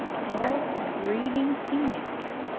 all breeding females,